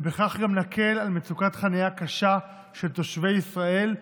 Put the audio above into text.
ובכך גם נקל על מצוקת חניה קשה של תושבי ישראל,